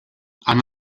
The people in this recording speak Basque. han